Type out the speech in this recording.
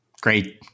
Great